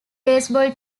baseball